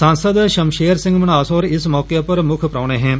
सांसद शमशेर सिंह मन्हास होर इस मौके पर मुक्ख परौहने हे